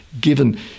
given